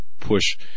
push